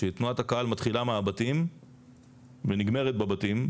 כשתנועת הקהל מתחילה מהבתים ונגמרת בבתים,